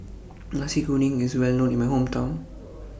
Nasi Kuning IS Well known in My Hometown